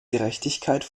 gerechtigkeit